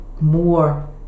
more